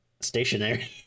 stationary